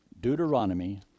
Deuteronomy